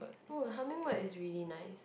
oh the hummingbird is really nice